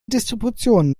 distribution